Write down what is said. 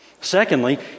Secondly